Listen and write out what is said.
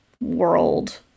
world